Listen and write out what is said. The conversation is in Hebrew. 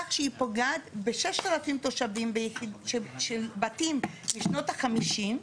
כך שהיא פוגעת ב-6,000 תושבים של בתים משנות ה-50.